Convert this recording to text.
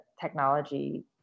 technology